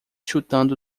chutando